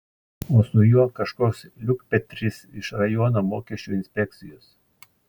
o su juo kažkoks liukpetris iš rajono mokesčių inspekcijos